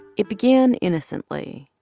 it began innocently.